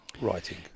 writing